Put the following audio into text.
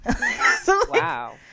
wow